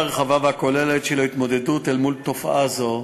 הרחבה והכוללת של ההתמודדות עם תופעה זו